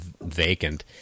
vacant